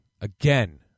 Again